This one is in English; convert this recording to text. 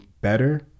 better